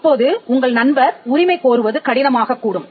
அப்போது உங்கள் நண்பர் உரிமை கோருவது கடினமாகக் கூடும்